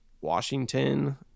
Washington